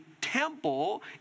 temple